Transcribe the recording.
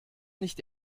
nicht